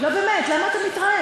לא, באמת, למה אתה מתרעם?